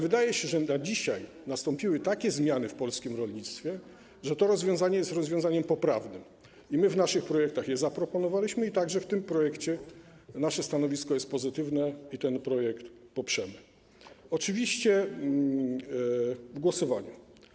Wydaje się, że na dzisiaj nastąpiły takie zmiany w polskim rolnictwie, że to rozwiązanie jest rozwiązaniem poprawnym i w naszych projektach je zaproponowaliśmy i także w tym projekcie nasze stanowisko jest pozytywne i ten projekt poprzemy w głosowaniu.